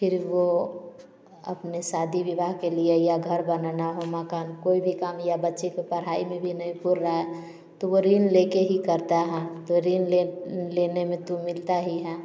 फिर वो अपने शादी विवाह के लिए या घर बनाना हो मकान कोई भी काम या बच्चे को पढ़ाई में भी नय पुर रा ए तो वो ऋण ले के ही करता है तो ऋण लेन लेने में तो मिलता ही हैं